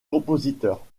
compositeurs